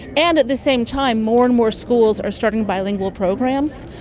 and at the same time more and more schools are starting bilingual programs.